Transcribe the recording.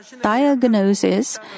diagnosis